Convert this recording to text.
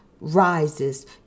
Rises